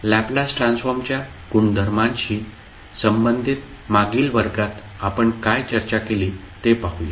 Laplace ट्रान्सफॉर्मच्या गुणधर्मांशी संबंधित मागील वर्गात आपण काय चर्चा केली ते पाहूया